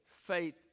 faith